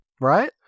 right